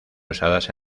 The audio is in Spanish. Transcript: usadas